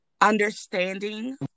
understanding